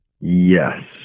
yes